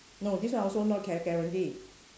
no this also not gua~ guarantee